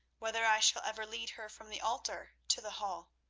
whether i shall ever lead her from the altar to the hall,